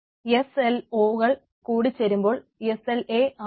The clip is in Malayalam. എസ്സ് എൽ ഒ ക്കൾ കൂടി ചേരുമ്പോൾ എസ്സ് എൽ എ ആകുന്നു